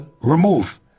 remove